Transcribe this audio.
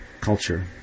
culture